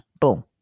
Boom